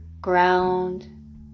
ground